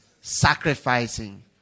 sacrificing